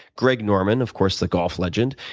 greg norman, of course the golf legend,